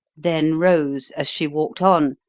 then rose, as she walked on,